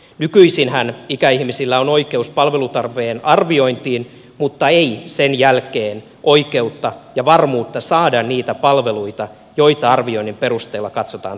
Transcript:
nykyisinhän ikäihmisillä on oikeus palvelutarpeen arviointiin mutta ei sen jälkeen oikeutta ja varmuutta saada niitä palveluita joita arvioinnin perusteella katsotaan tarvittavan